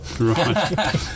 Right